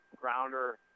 Grounder